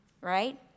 right